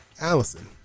Allison